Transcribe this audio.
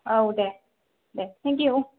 औ दे दे थेंकिउ